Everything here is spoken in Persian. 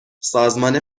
سازمان